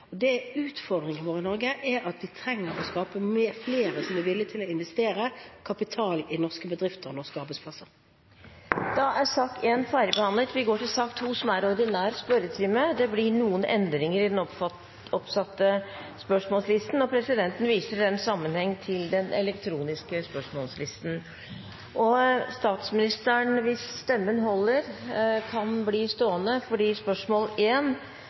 Utfordringen vår i Norge er at vi trenger flere som er villige til å investere kapital i norske bedrifter og norske arbeidsplasser. Dermed er den muntlige spørretimen omme, og vi går videre til den ordinære spørretimen. Det blir noen endringer i den oppsatte spørsmålslisten, og presidenten viser i den sammenheng til den elektroniske spørsmålslisten. De foreslåtte endringene i dagens spørretime foreslås godkjent. – Det anses vedtatt. Endringene var som følger: Spørsmål